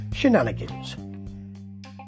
shenanigans